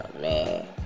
man